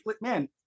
man